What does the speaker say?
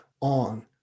on